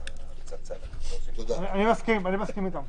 אני מסכים איתם.